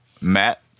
Matt